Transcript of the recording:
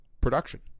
production